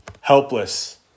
Helpless